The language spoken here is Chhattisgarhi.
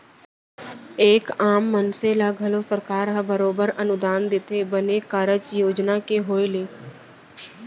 एक आम मनसे ल घलौ सरकार ह बरोबर अनुदान देथे बने कारज योजना के होय ले